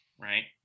right